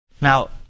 Now